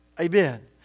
Amen